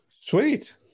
Sweet